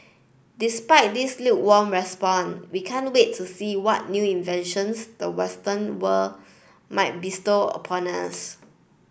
despite this lukewarm response we can't wait to see what new inventions the western world might bestow upon us